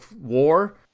war